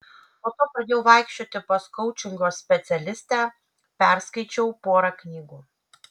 po to pradėjau vaikščioti pas koučingo specialistę perskaičiau porą knygų